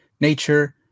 nature